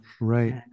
right